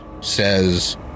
says